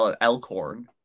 Elkhorn